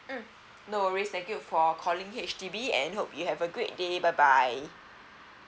mm no worries thank you for calling H_D_B and hope you have a great day bye bye